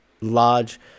large